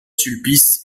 sulpice